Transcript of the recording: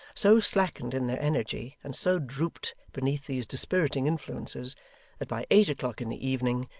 so slackened in their energy, and so drooped beneath these dispiriting influences, that by eight o'clock in the evening,